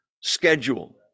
schedule